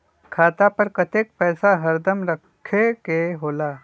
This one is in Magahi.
खाता पर कतेक पैसा हरदम रखखे के होला?